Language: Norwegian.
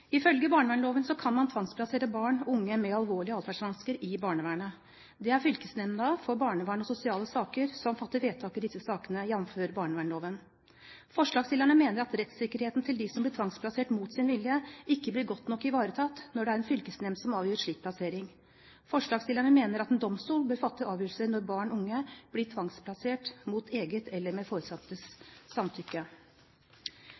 Ifølge barnevernsloven kan man tvangsplassere barn og unge med alvorlige atferdsvansker i barnevernet. Det er fylkesnemndene for barnevern og sosiale saker som fatter vedtak i disse sakene, jf. barnevernsloven. Forslagsstillerne mener at rettssikkerheten til dem som blir tvangsplassert mot sin vilje, ikke blir godt nok ivaretatt når det er en fylkesnemnd som avgjør en slik plassering. Forslagsstillerne mener at en domstol bør fatte avgjørelser når barn og unge blir tvangsplassert mot eget eller